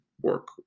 work